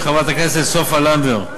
של חברת הכנסת סופה לנדבר.